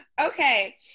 Okay